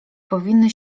powinny